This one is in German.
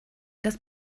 das